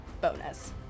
bonus